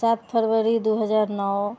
सात फरवरी दू हजार नओ